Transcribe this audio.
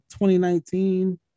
2019